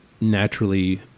naturally